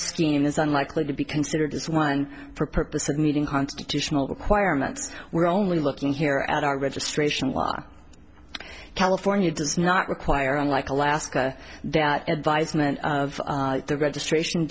scheme is unlikely to be considered as one for purposes of meeting constitutional requirements we're only looking here at our registration law california does not require unlike alaska that advisement of the registration